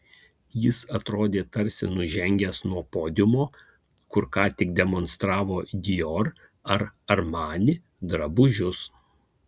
jis atrodė tarsi nužengęs nuo podiumo kur ką tik demonstravo dior ar armani drabužius